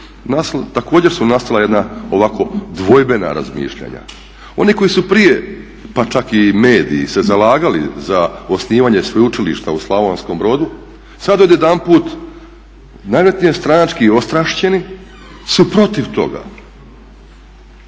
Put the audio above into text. također su nastala jedna ovako dvojbena razmišljanja. Oni koji su prije, pa čak i mediji se zalagali za osnivanje sveučilišta u Slavonskom Brodu sad odjedanput najvjerojatnije stranački ostrašćeni su protiv toga,